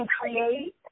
create